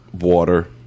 water